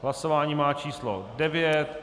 Hlasování má číslo 9.